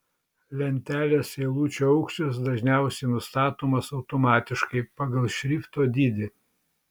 lentelės eilučių aukštis dažniausiai nustatomas automatiškai pagal šrifto dydį